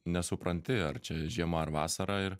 nesupranti ar čia žiema ar vasara ir